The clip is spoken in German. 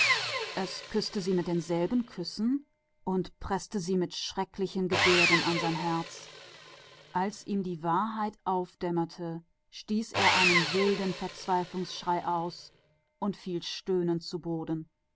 es küßte sie mit gleichen küssen und drückte sie ans herz mit schrecklichen gebärden als ihm die wahrheit aufdämmerte stieß er einen lauten schrei der verzweiflung aus und fiel schluchzend zu boden